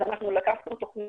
אז לקחנו תוכנית,